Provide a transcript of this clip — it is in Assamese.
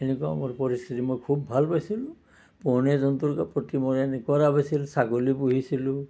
এনেকুৱা মোৰ পৰিস্থিতি মই খুব ভাল পাইছিলোঁ পোহনীয়া জন্তুৰ প্ৰতি মোৰ এনেকুৱা ৰাপ আছিল ছাগলী পুহিছিলোঁ